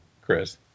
Chris